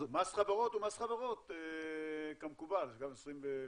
מס חברות הוא מס חברות, כמקובל, 23%,